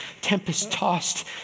tempest-tossed